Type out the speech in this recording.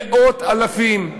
מאות אלפים,